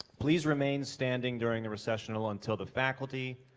please remain standing during the recessional until the faculty,